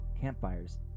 campfires